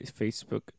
Facebook